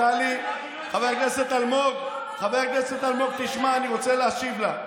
חבר הכנסת אלמוג, תשמע, אני רוצה להשיב לה.